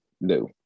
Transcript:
No